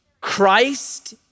Christ